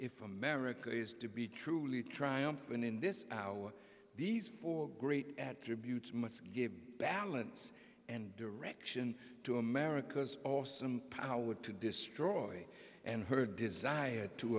if america is to be truly triumphant in this hour these four great attributes must give balance and direction to america's awesome power to destroy and her desire to